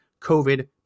COVID